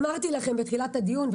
אמרתי לכם בתחילת הדיון,